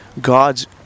God's